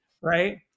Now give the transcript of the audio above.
right